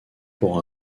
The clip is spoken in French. pour